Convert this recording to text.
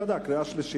חוק